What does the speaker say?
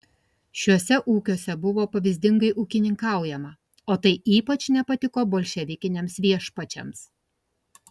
šiuose ūkiuose buvo pavyzdingai ūkininkaujama o tai ypač nepatiko bolševikiniams viešpačiams